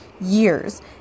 years